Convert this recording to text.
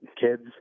kids